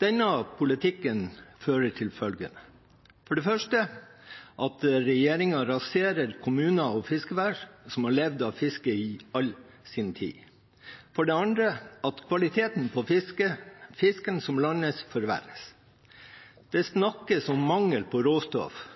Denne politikken fører for det første til at regjeringen raserer kommuner og fiskevær som har levd av fiske i all sin tid, og for det andre at kvaliteten på fisken som landes, forverres. Det snakkes om mangel på råstoff,